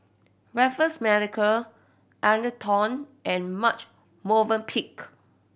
Raffles Medical Atherton and Marche Movenpick